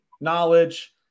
knowledge